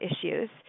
issues